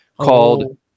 called